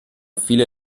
viele